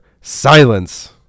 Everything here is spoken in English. Silence